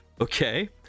okay